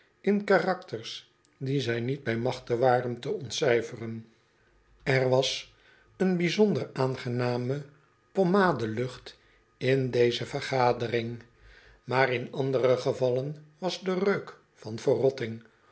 in karakters die zij niet bij machte waren te ontcijferen er was een bijzonder aangename pommade lucht in deze vergadering maar in andere gevallen was de reuk van verrotting